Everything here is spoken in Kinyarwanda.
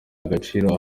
agaciro